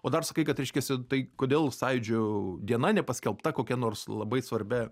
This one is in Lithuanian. o dar sakai kad reiškiasi tai kodėl sąjūdžio diena nepaskelbta kokia nors labai svarbia